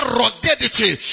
ruggedity